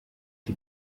die